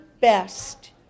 best